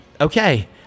okay